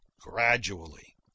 gradually